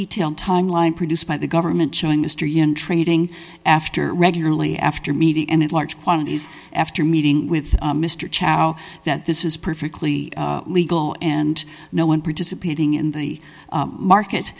detailed timeline produced by the government to industry and trading after regularly after meeting and at large quantities after meeting with mr chow that this is perfectly legal and no one participating in the